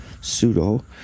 Pseudo